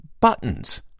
buttons